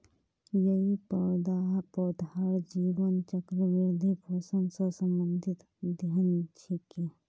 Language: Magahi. यई पौधार जीवन चक्र, वृद्धि, पोषण स संबंधित अध्ययन छिके